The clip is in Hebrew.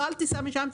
אל תיסע משם,